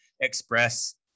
express